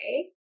okay